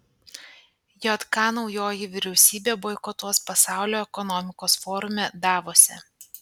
jk naujoji vyriausybė boikotuos pasaulio ekonomikos forume davose